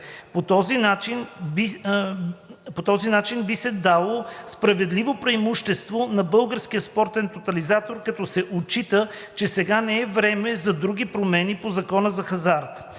По този начин би се дало справедливо преимущество на Българския спортен тотализатор, като се отчита, че сега не е времето за други промени по Закона за хазарта.